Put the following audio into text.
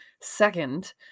second